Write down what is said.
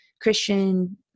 Christian